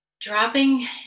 Dropping